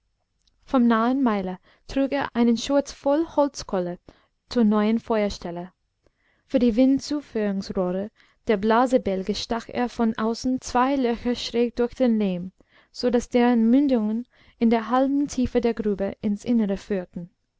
vom nahen meiler trug er einen schurz voll holzkohle zur neuen feuerstelle für die windzuführungsrohre der blasebälge stach er von außen zwei löcher schräg durch den lehm so daß deren mündungen in der halben tiefe der grube ins innere führten